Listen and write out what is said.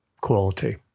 quality